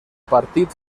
partit